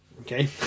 Okay